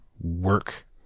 work